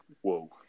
whoa